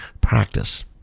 Practice